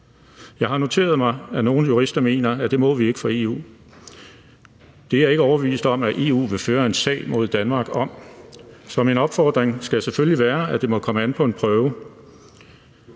Jeg har noteret mig, at nogle jurister mener, at det må vi ikke for EU. Det er jeg ikke overbevist om at EU vil føre en sag mod Danmark om. Så min opfordring skal selvfølgelig være, at det må komme an på en prøve.